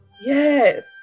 Yes